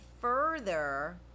further